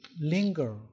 linger